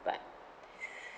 but